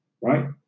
right